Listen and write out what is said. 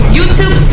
YouTube